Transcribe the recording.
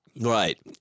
right